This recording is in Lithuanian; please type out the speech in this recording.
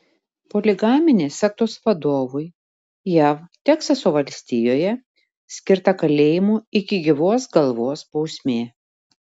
poligaminės sektos vadovui jav teksaso valstijoje skirta kalėjimo iki gyvos galvos bausmė